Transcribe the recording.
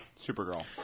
Supergirl